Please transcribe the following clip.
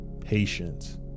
patience